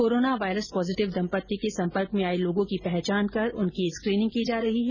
corona virus positive दम्पत्ति के सम्पर्क में आये लोगों की पहचान कर उनकी स्क्रीनिंग की जा रही है